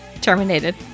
terminated